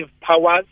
powers